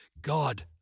God